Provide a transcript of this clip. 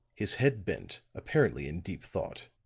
his head bent, apparently in deep thought.